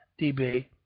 dB